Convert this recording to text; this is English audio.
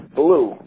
blue